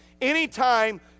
Anytime